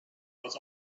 was